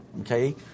okay